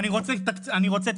אני רוצה תקציב,